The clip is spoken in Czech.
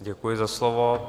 Děkuji za slovo.